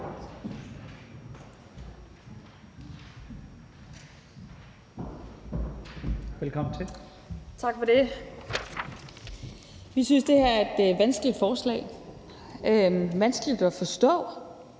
Stampe (RV): Tak for det. Vi synes, det her er et vanskeligt forslag. Det er vanskeligt at forstå,